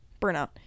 burnout